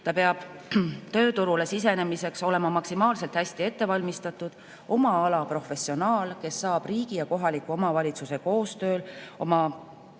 Ta peab tööturule sisenemiseks olema maksimaalselt hästi ettevalmistatud oma ala professionaal, kes saab riigi ja kohaliku omavalitsuse koostöös oma